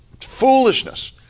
foolishness